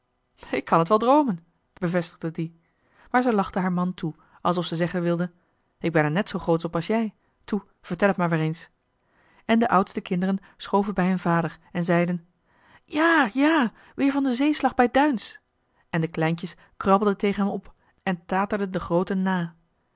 ik kan het wel droomen bevestigde die maar ze lachte haar man toe alsof ze zeggen wilde ik ben er net zoo grootsch op als jij toe vertel het maar weer eens en de oudste kinderen schoven bij hun vader en zeiden jà jà weer van den zeeslag bij duins en de kleintjes krabbelden tegen hem op en taterden de grooten na